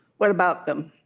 what about them?